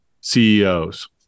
CEOs